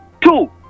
two